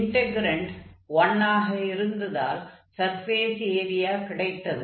integrand 1 ஆக இருந்ததால் surface area கிடைத்தது